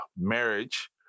Marriage